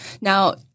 Now—